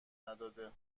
نداده